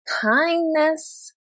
kindness